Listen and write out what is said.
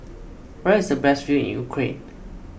where is the best view in Ukraine